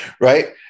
right